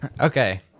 Okay